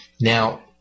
Now